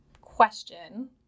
question